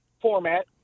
format